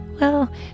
Well